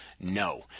No